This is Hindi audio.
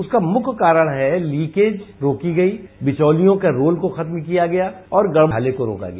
उसका मुख्य कारण है लीकेज रोकी गई बिचौलियों का रोल भी खत्म किया गया और गडबड़ झाले को रोका गया